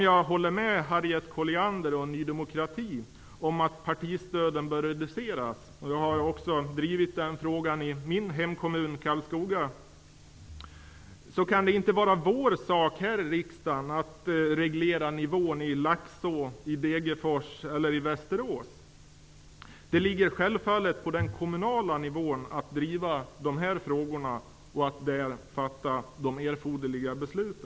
Jag håller med Harriet Colliander och Ny demokrati om att partistöden bör reduceras. Jag har själv drivit den frågan i min hemkommun, Karlskoga kommun. Men det kan inte vara riksdagens sak att reglera nämnda nivå i Laxå, i Degerfors eller i Västerås. Självfallet ankommer det på den kommunala nivån att driva de här frågorna och att fatta erforderliga beslut.